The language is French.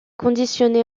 conditionné